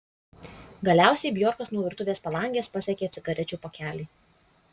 galiausiai bjorkas nuo virtuvės palangės pasiekė cigarečių pakelį